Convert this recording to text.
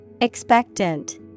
Expectant